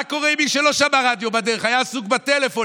מה קורה עם מי שלא שמע רדיו בדרך והיה עסוק בטלפון,